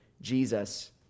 Jesus